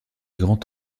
grand